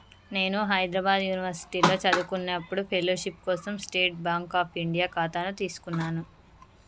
నేను హైద్రాబాద్ యునివర్సిటీలో చదువుకునేప్పుడు ఫెలోషిప్ కోసం స్టేట్ బాంక్ అఫ్ ఇండియా ఖాతాను తీసుకున్నాను